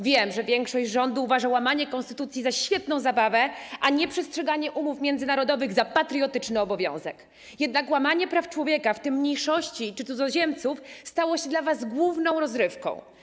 Wiem, że większość rządu uważa łamanie konstytucji za świetną zabawę, a nieprzestrzeganie umów międzynarodowych za patriotyczny obowiązek, jednak łamanie praw człowieka, w tym praw mniejszości i cudzoziemców, stało się dla was główną rozrywką.